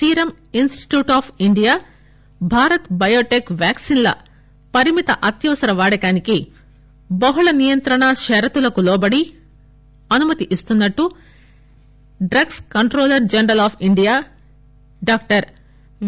serum Institute of India Bharat Biotech వాక్సిన్ధకు పరిమిత అత్యవసర వాడకానికి బహుళ నియంత్రణ షరతులకు లోబడి అనుమతి ఇస్తున్నట్టు drugs controller general of India doctor we